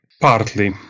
Partly